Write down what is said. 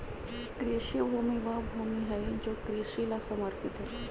कृषि भूमि वह भूमि हई जो कृषि ला समर्पित हई